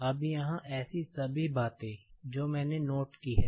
अब यहाँ ऐसी सभी बातें जो मैंने नोट की हैं